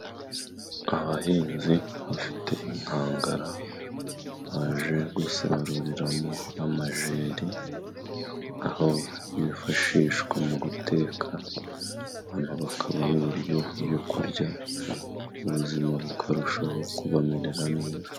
Abahinzi bafite inkangara baje gusaruriramo amajeri ,aho yifashishwa mu guteka abana bakabona ibiryo byo kurya ubuzima bukarushaho kubamerera neza.